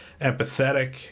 empathetic